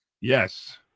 Yes